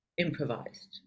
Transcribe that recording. Improvised